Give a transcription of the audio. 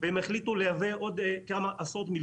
וחיזוק גבול